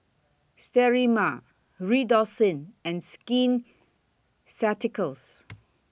Sterimar Redoxon and Skin Ceuticals